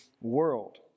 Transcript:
world